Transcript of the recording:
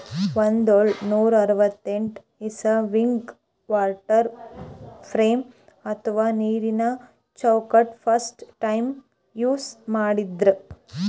ಹದ್ದ್ನೋಳ್ ನೂರಾ ಅರವತ್ತೆಂಟ್ ಇಸವಿದಾಗ್ ವಾಟರ್ ಫ್ರೇಮ್ ಅಥವಾ ನೀರಿನ ಚೌಕಟ್ಟ್ ಫಸ್ಟ್ ಟೈಮ್ ಯೂಸ್ ಮಾಡಿದ್ರ್